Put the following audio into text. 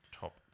top